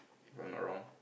if I'm not wrong